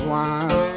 one